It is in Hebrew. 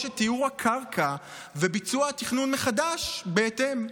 את טיהור הקרקע וביצוע התכנון מחדש בהתאם.